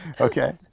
Okay